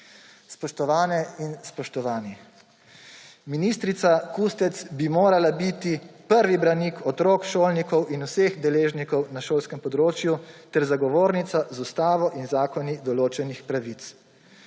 Spoštovane in spoštovani, ministrica Kustec bi morala biti prvi branik otrok, šolnikov in vseh deležnikov na šolskem področju ter zagovornica z ustavo in zakoni določenih pravic.